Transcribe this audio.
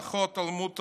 הלכות תלמוד תורה,